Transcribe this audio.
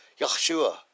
Yahshua